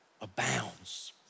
abounds